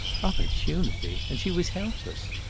opportunity! and she was helpless.